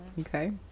Okay